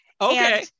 Okay